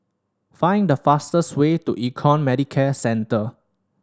find the fastest way to Econ Medicare Centre